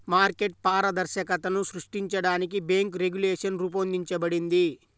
market పారదర్శకతను సృష్టించడానికి bank regulation రూపొందించబడింది